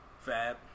Fab